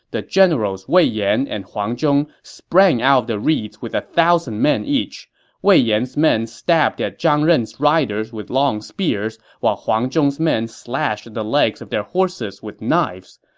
the generals wei yan and huang zhong sprang out of the reeds with one thousand men each wei yan's men stabbed at zhang ren's riders with long spears, while huang zhong's men slashed at the legs of their horses with knives.